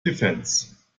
defence